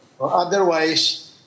Otherwise